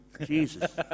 Jesus